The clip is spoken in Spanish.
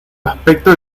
aspecto